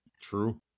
True